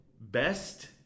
best